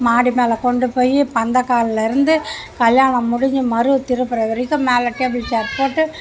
மாடி மேலே கொண்டு போய் பந்தக்கால்லருந்து கல்யாணம் முடிஞ்சு மறுவீடு திரும்புகிற வரைக்கும் மேலே டேபுள் சேர் போட்டு